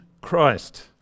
Christ